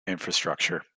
infrastructure